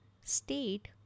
state